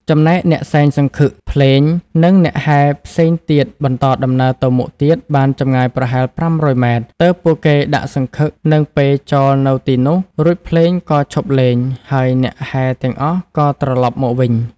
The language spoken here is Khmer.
ចំណែកអ្នកសែងសង្ឃឹក ភ្លេង និងអ្នកហែផ្សេងទៀតបន្តដំណើរទៅមុខទៀត បានចម្ងាយប្រហែល ៥០០ ម៉ែត្រ ទើបពួកគេដាក់សង្ឃឹកនិងពែចោលនៅទីនោះ រួចភ្លេងក៏ឈប់លេង ហើយអ្នកហែទាំងអស់ក៏ត្រឡប់មកវិញ។